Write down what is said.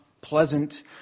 pleasant